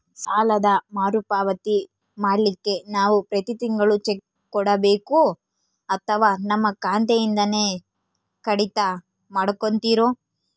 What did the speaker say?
ಸಾಲದ ಮರುಪಾವತಿ ಮಾಡ್ಲಿಕ್ಕೆ ನಾವು ಪ್ರತಿ ತಿಂಗಳು ಚೆಕ್ಕು ಕೊಡಬೇಕೋ ಅಥವಾ ನಮ್ಮ ಖಾತೆಯಿಂದನೆ ಕಡಿತ ಮಾಡ್ಕೊತಿರೋ?